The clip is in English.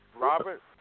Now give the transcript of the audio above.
Robert